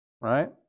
right